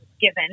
given